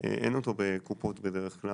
ואין אותו בקופות בדרך כלל.